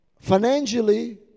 Financially